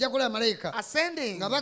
ascending